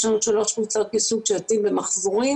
יש לנו שלוש קבוצות איסוף שיוצאות במחזורים,